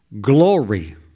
glory